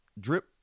drip